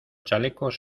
chalecos